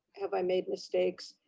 have i made mistakes?